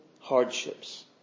hardships